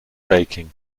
baking